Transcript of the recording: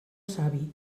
savi